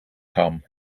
come